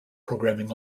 programming